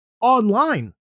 online